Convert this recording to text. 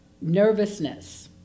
nervousness